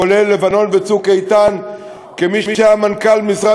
כולל לבנון ו"צוק איתן"; כמי שהיה מנכ"ל משרד